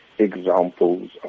Examples